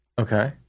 Okay